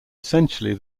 essentially